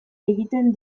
egiten